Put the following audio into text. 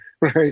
Right